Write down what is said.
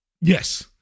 Yes